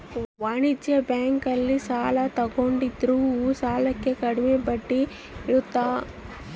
ವಾಣಿಜ್ಯ ಬ್ಯಾಂಕ್ ಅಲ್ಲಿ ಸಾಲ ತಗೊಂಡಿರೋ ಸಾಲಕ್ಕೆ ಕಡಮೆ ಬಡ್ಡಿ ಇರುತ್ತ